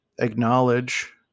acknowledge